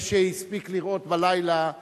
מי שהספיק לראות בלילה,